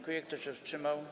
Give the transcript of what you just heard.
Kto się wstrzymał?